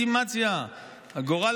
בחירת הרוב, זה דמוקרטיה של פשיזם, בחירת הרוב.